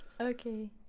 Okay